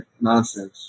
nonsense